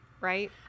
Right